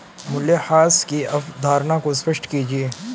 मूल्यह्रास की अवधारणा को स्पष्ट कीजिए